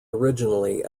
originally